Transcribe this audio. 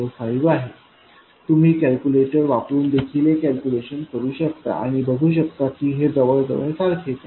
05 आहे तुम्ही कॅल्क्युलेटर वापरून देखील हे कॅल्क्युलेट करू शकता आणि बघू शकता की हे जवळजवळ सारखेच आहे